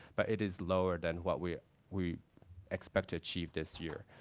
but it is lower than what we we expect to achieve this year.